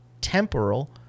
temporal